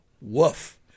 woof